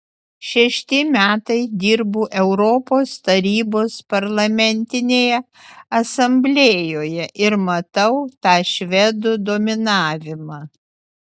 šešti metai dirbu europos tarybos parlamentinėje asamblėjoje ir matau tą švedų dominavimą